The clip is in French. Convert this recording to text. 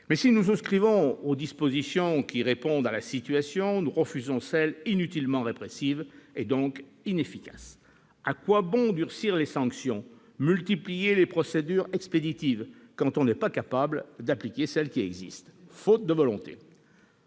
Mais si nous souscrivons aux dispositions qui visent à répondre à la situation, nous refusons celles qui sont inutilement répressives, et donc inefficaces. À quoi bon durcir les sanctions, multiplier les procédures expéditives quand on n'est pas capable d'appliquer celles qui existent, faute de volonté